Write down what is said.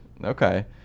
Okay